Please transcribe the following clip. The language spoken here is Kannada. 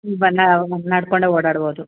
ಹ್ಞೂ ನಡ್ಕೊಂಡೆ ಓಡಾಡ್ಬೋದು